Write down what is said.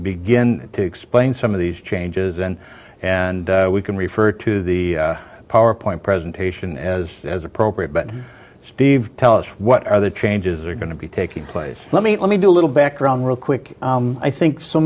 begin to explain some of these changes and and we can refer to the powerpoint presentation as as appropriate but steve tell us what other changes are going to be taking place let me let me do a little background real quick i think so